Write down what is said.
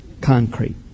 Concrete